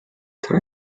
tra